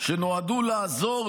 שנועדו לעזור,